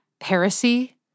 Heresy